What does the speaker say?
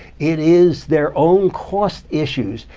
it is their own cost issues.